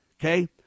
okay